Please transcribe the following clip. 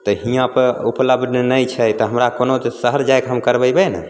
तऽ हियाँ पर उपलब्ध नहि छै तऽ हमरा कोना शहर जाइके हम करबेबै ने